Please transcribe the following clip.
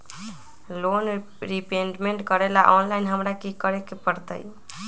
Loan repayment करेला online हमरा की करे के परतई?